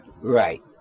Right